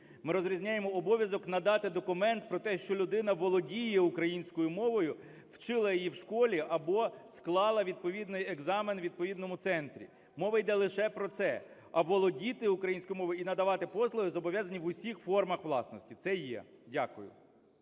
Ми розрізняємо обов'язок надати документ про те, що людина володіє українською мовою, вчила її в школі або склала відповідний екзамен у відповідному центрі. Мова йде лише про це. А володіти української мовою і надавати послуги зобов'язані в усіх формах власності. Це є.